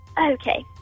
Okay